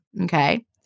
okay